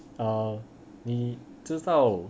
err 你知道